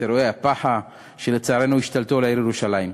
את אירועי הפח"ע שלצערנו השתלטו על העיר ירושלים,